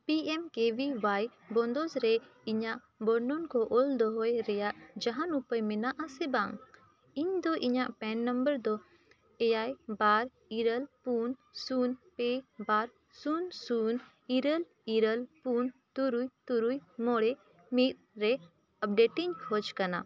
ᱵᱚᱱᱫᱮᱡᱽ ᱨᱮ ᱤᱧᱟᱹᱜ ᱵᱚᱨᱱᱚᱱ ᱠᱚ ᱚᱞ ᱫᱚᱦᱚᱭ ᱨᱮᱭᱟᱜ ᱡᱟᱦᱟᱱ ᱩᱯᱟᱹᱭ ᱢᱮᱱᱟᱜᱼᱟ ᱥᱮ ᱵᱟᱝ ᱤᱧᱫᱚ ᱤᱧᱟᱹᱜ ᱫᱚ ᱮᱭᱟᱭ ᱵᱟᱨ ᱤᱨᱟᱹᱞ ᱯᱩᱱ ᱥᱩᱱ ᱯᱮ ᱵᱟᱨ ᱥᱩᱱ ᱥᱩᱱ ᱤᱨᱟᱹᱞ ᱤᱨᱟᱹᱞ ᱯᱩᱱ ᱛᱩᱨᱩᱭ ᱛᱩᱨᱩᱭ ᱢᱚᱬᱮ ᱢᱤᱫ ᱨᱮ ᱤᱧ ᱠᱷᱚᱡᱽ ᱠᱟᱱᱟ